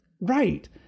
Right